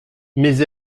mais